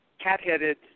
cat-headed